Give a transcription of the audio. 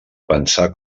pensar